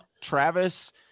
Travis